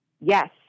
Yes